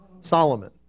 Solomon